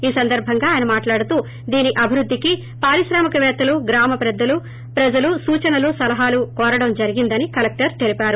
ఈ సందర్భంగా ఆయన మాట్లాడుతూ దీని అభివృద్దికి పారిశ్రామికవేత్తలు గ్రామ పెద్దలు ప్రజల సూచనలు సలహాలను కోరడం జరిగిందని కలెక్టర్ తెలిపారు